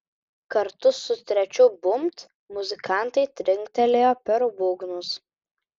kartu su trečiu bumbt muzikantai trinktelėjo per būgnus